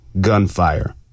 gunfire